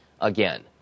again